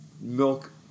milk